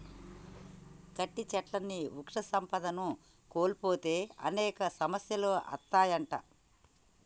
గట్టి సెట్లుని వృక్ష సంపదను కోల్పోతే అనేక సమస్యలు అత్తాయంట